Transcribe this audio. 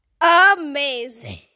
Amazing